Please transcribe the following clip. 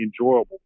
enjoyable